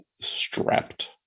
strapped